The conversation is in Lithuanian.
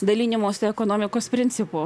dalinimosi ekonomikos principu